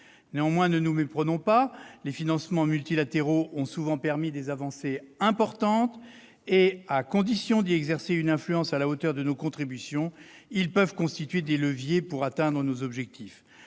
rapporteurs. Ne nous méprenons pas : les financements multilatéraux ont souvent permis des avancées importantes et, à condition d'y exercer une influence à la hauteur de nos contributions, ils peuvent constituer des leviers pour atteindre nos objectifs.